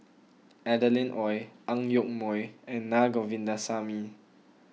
Adeline Ooi Ang Yoke Mooi and Naa Govindasamy